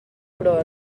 però